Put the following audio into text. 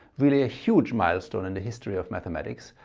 really a huge milestone in the history of mathematics.